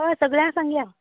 हय सगळ्यां सांगया